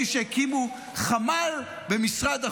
ראיתי שהקימו חמ"ל במשרד החוץ,